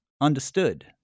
understood